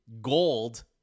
gold